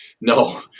no